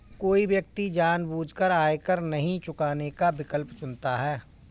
कोई व्यक्ति जानबूझकर आयकर नहीं चुकाने का विकल्प चुनता है